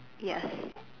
yes